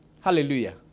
Hallelujah